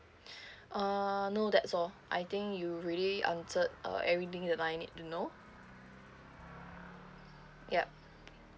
uh no that's all I think you really answered uh everything that I need to know yup